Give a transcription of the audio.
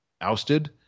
ousted